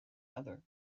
other